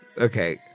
Okay